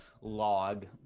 log